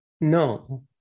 no